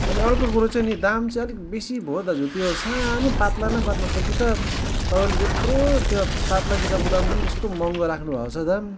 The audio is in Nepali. अनि अर्को कुरा चाहिँ नि दाम चाहिँ अलिक बेसी भयो दाजु त्यो सानो पात्ला न पात्ला चाहिँ किताब तपाईँले त्यत्रो त्यो पात्ला किताबको दाम पनि यस्तो महँगो राख्नुभएको छ दाम